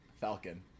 Falcon